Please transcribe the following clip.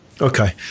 Okay